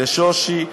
לשושי,